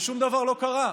ושום דבר לא קרה.